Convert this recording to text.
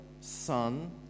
Son